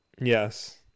yes